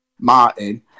Martin